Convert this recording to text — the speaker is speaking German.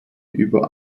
über